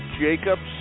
Jacobs